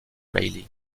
reilly